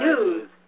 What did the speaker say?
news